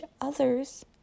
others